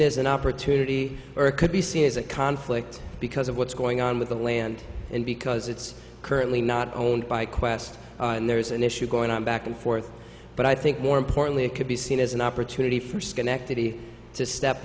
as an opportunity or could be seen as a conflict because of what's going on with them land and because it's currently not owned by qwest and there's an issue going on back and forth but i think more importantly it could be seen as an opportunity for schenectady to step